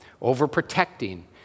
over-protecting